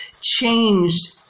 changed